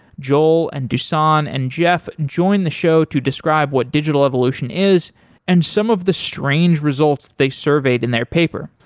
joel, and dusan, and jeff join the show to describe what digital evolution is and some of the strange results that they surveyed in their paper.